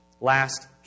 Last